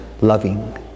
loving